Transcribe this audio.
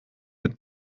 mit